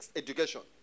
education